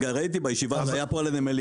ראיתי בישיבה שהייתה פה על הנמלים